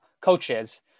coaches